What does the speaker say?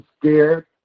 scared